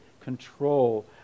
control